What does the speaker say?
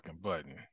button